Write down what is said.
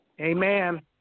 Amen